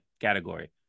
category